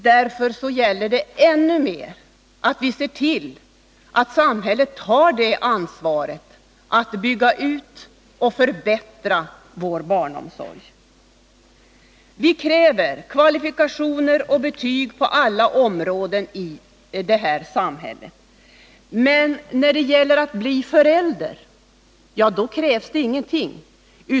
Därför är det ännu mer nödvändigt att vi ser till att samhället tar ansvaret för att vår barnomsorg byggs ut och förbättras. Vi kräver goda kvalifikationer och betyg på alla områden i det här samhället. Men när det gäller att bli förälder, då krävs det ingenting.